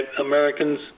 Americans